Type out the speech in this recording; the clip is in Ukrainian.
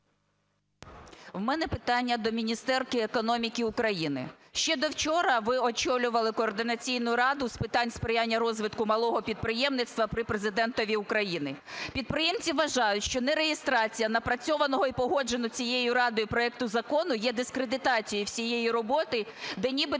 У мене питання до міністерки економіки України. Ще до вчора ви очолювали Координаційну раду з питань сприяння розвитку малого підприємництва при Президентові України. Підприємці вважають, що нереєстрація напрацьованого і погодженого цією радою проекту закону є дискредитацією всієї роботи, де нібито